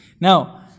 Now